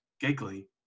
giggly